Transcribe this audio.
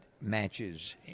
matches